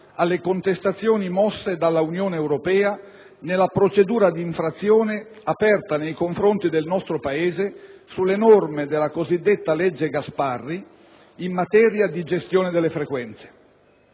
alle contestazioni mosse dall'Unione europea con la procedura di infrazione aperta nei confronti del nostro Paese sulle norme della cosiddetta legge Gasparri in materia di gestione delle frequenze.